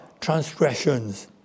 transgressions